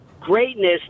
Greatness